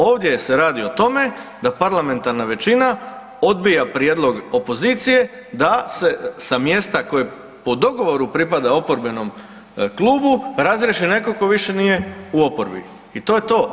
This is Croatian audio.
Ovdje se radi o tome da parlamentarna većina odbija prijedlog opozicije da se sa mjesta koje po dogovoru pripada oporbenom klubu, razriješi netko tko više nije u oporbi i to je to.